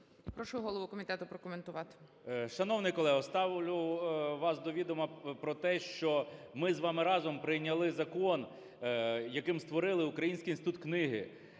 Прошу голову комітету прокоментувати. 13:27:31 КНЯЖИЦЬКИЙ М.Л. Шановний колего, ставлю вас до відома про те, що ми з вами разом прийняли закон, яким створили український інститут книги